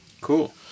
Cool